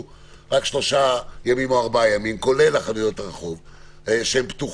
רק שלושה או ארבעה ימים כולל חנויות הרחוב שפתוחות,